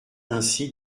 ainsi